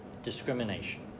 Discrimination